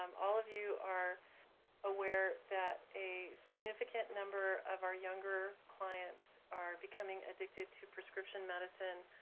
um all of you are aware that a significant number of our younger clients are becoming addicted to prescription medicines.